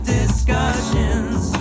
discussions